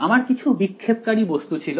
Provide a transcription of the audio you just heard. আমার কিছু বিক্ষেপকারী বস্তু ছিল